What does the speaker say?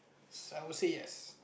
I would say yes